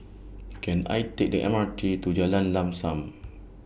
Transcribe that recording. Can I Take The M R T to Jalan Lam SAM